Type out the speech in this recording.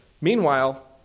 Meanwhile